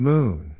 Moon